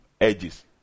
edges